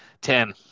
Ten